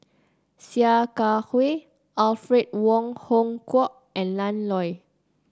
Sia Kah Hui Alfred Wong Hong Kwok and Ian Loy